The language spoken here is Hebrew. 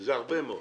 וזה הרבה מאוד.